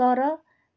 तर